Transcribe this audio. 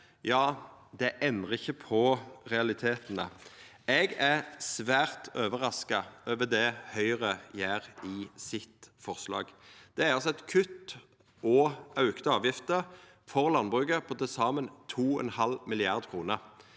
over det, endrar ikkje på realitetane. Eg er svært overraska over det Høgre gjer i sitt forslag. Det er altså eit kutt og auka avgifter for landbruket på til saman 2,5 mrd. kr.